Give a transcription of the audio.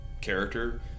character